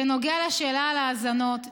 בנוגע לשאלה על האזנות,